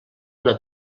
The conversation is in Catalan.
una